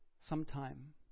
sometime